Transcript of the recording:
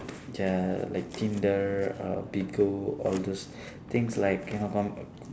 ya like tinder uh bigo all those things like you know com~